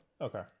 Okay